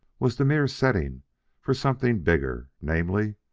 was the mere setting for something bigger, namely,